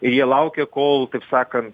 ir jie laukia kol kaip sakant